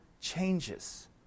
changes